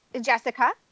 Jessica